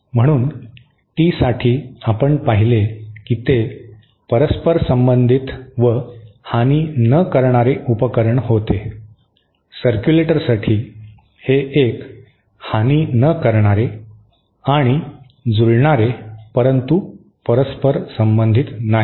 म्हणून टी साठी आपण पाहिले की ते परस्परसंबंधित व हानि न करणारे उपकरण होते सरक्यूलेटरसाठी हे एक हानि न करणारे आणि जुळणारे परंतु परस्परसंबंधित नाही